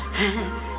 hands